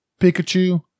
pikachu